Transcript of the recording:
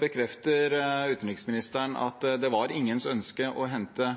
bekrefter utenriksministeren at det var ingens ønske å hente